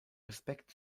respekt